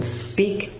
speak